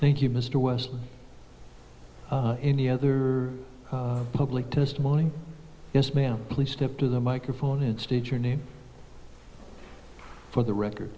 thank you mr west any other public testimony yes ma'am please step to the microphone and state your name for the record